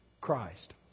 Christ